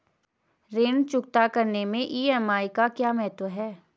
ऋण चुकता करने मैं ई.एम.आई का क्या महत्व है?